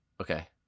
Okay